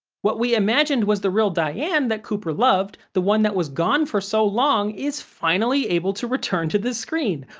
what we imagined was the real diane that cooper loved, the one that was gone for so long, is finally able to return to the screen.